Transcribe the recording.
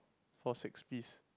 for six piece